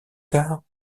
tard